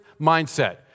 mindset